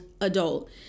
adult